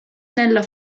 nella